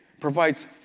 provides